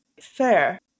Fair